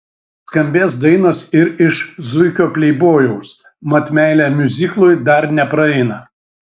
skambės dainos ir iš zuikio pleibojaus mat meilė miuziklui dar nepraeina